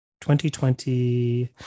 2020